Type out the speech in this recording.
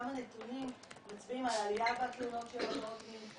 גם הנתונים מצביעים על עלייה בתלונות של עבירות מין,